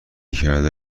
کردن